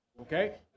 Okay